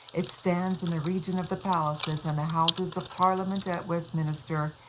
it stands in the region of the palaces and the houses of parliament at westminster,